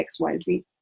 xyz